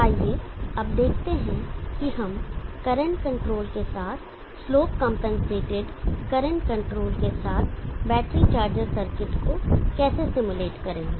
आइए अब देखते हैं कि हम करंट कंट्रोल के साथ स्लोप कंपनसेटेड करंट कंट्रोल के साथ बैटरी चार्जर सर्किट को कैसे सिमुलेट करेंगे